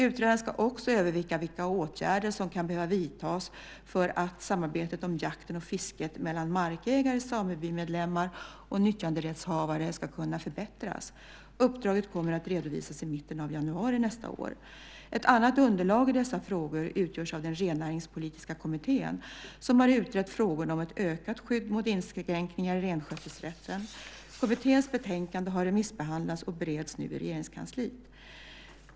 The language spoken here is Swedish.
Utredaren ska också överväga vilka åtgärder som kan behöva vidtas för att samarbetet om jakten och fisket mellan markägare, samebymedlemmar och nyttjanderättshavare ska kunna förbättras. Uppdraget kommer att redovisas i mitten av januari nästa år. Ett annat underlag i dessa frågor utgörs av den rennäringspolitiska kommittén som har utrett frågorna om ökat skydd mot inskränkningar i renskötselrätten . Kommitténs betänkande har remissbehandlats och bereds nu i Regeringskansliet.